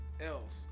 else